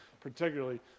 particularly